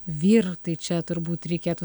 vyr tai čia turbūt reikėtų